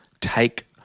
take